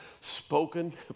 spoken